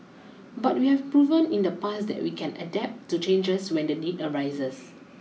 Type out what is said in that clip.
but we have proven in the past that we can adapt to changes when the need arises